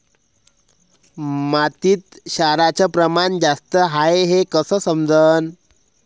मातीत क्षाराचं प्रमान जास्त हाये हे कस समजन?